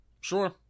Sure